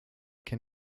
can